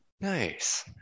Nice